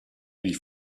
die